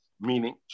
Meaning